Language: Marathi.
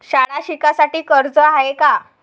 शाळा शिकासाठी कर्ज हाय का?